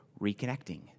reconnecting